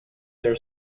their